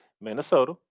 Minnesota